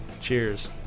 Cheers